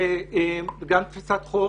גם בתפוסת חוף,